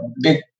big